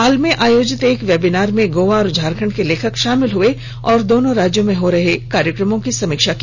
हाल में आयोजित एक वेबिनार में गोवा और झारखंड के लेखक शामिल हुए और दोनों राज्यों में हो रहे कार्यक्रमों की समीक्षा की